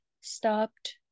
stopped